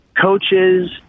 coaches